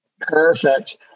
Perfect